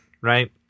right